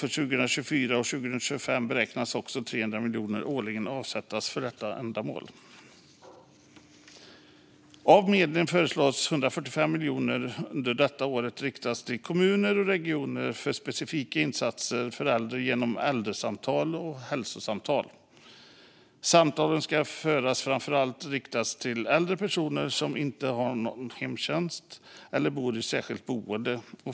För 2024 och 2025 beräknas också 300 miljoner kronor årligen avsättas för ändamålet. Av medlen föreslås att det under detta år ska riktas 145 miljoner till kommuner och regioner för specifika insatser för äldre genom äldresamtal och hälsosamtal. Samtalen ska framför allt riktas till äldre personer som inte har hemtjänst eller bor i särskilt boende.